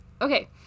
Okay